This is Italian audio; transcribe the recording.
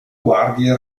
guardie